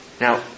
Now